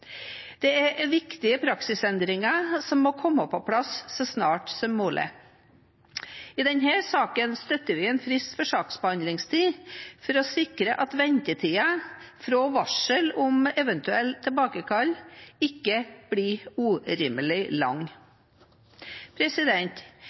Det er viktige praksisendringer, som må komme på plass så snart som mulig. I denne saken støtter vi en frist for saksbehandlingstid for å sikre at ventetiden fra varsel om eventuelt tilbakekall ikke blir urimelig lang.